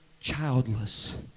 childless